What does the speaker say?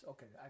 Okay